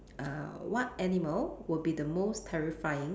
err what animal would be the most terrifying